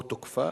או תוקפה.